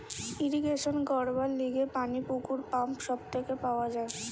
irrigation করবার লিগে পানি পুকুর, পাম্প সব থেকে পাওয়া যায়